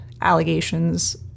allegations